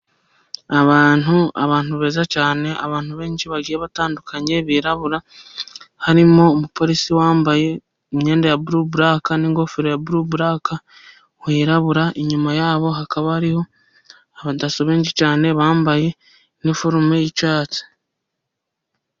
Abantu, abantu beza cyane, abantu benshi bagiye batandukanye birabura, harimo umupolisi wambaye imyenda ya buru buraka n'ingofero ya buru buraka wirabura, inyuma yabo hakaba hariho abadaso benshi cyane bambaye iniforume y'icyatsi.